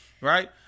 Right